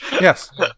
Yes